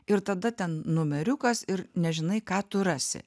ir tada ten numeriukas ir nežinai ką tu rasi